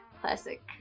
classic